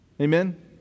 Amen